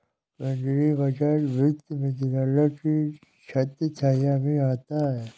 केंद्रीय बजट वित्त मंत्रालय की छत्रछाया में आता है